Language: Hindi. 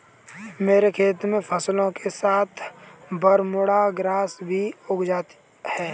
मेरे खेत में फसलों के साथ बरमूडा ग्रास भी उग आई हैं